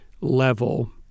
level